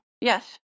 Yes